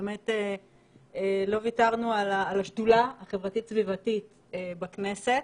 שבאמת לא ויתרנו על השדולה החברתית סביבתית בכנסת